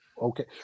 okay